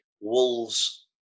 Wolves-